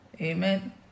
amen